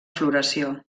floració